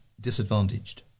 disadvantaged